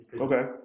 Okay